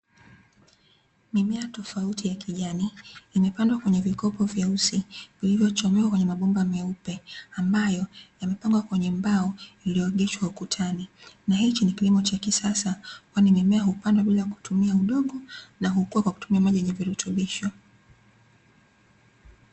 Mimea tofauti ya kijani, imepandwa kwenye vikopo vyeusi vilivyochomekwa kwenye mabomba meupe, ambayo yamepangwa kwenye mbao iliyoegeshwa ukutani, na hichi ni kilimo cha kisasa kwani mimea hupandwa bila kutumia udongo na hukua kwa kutumia maji yenye virutubisho.